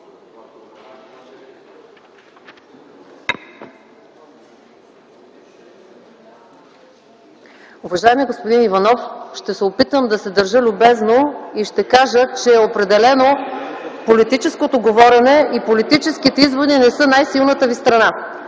Уважаеми господин Иванов, ще се опитам да се държа любезно и ще кажа, че определено политическото говорене и политическите изводи не са най-силната Ви страна.